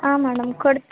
ಹಾಂ ಮೇಡಮ್ ಕೊಡ್